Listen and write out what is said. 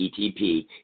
ETP